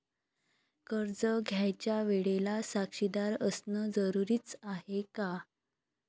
कर्ज घ्यायच्या वेळेले साक्षीदार असनं जरुरीच हाय का?